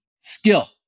skill